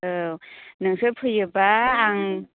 औ नोंसोर फैयोबा आं